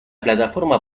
plataforma